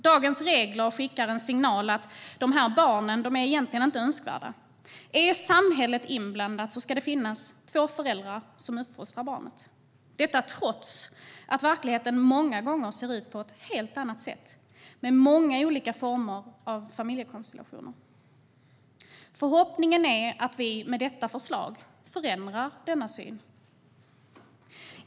Dagens regler skickar en signal att dessa barn egentligen inte är önskvärda, att om samhället är inblandat ska det finnas två föräldrar som uppfostrar barnet - detta trots att verkligheten många gånger ser ut på ett helt annat sätt med många olika former av familjekonstellationer. Förhoppningen är att vi med detta förslag förändrar denna syn.